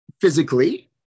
physically